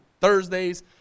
Thursdays